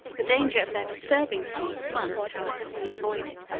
the danger of their disturbing sleep must, however, be avoided.